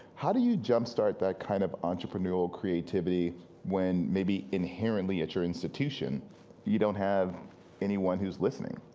how do you jump start that kind of entrepreneurial creativity when maybe inherently at your institution you don't have anyone who's listening?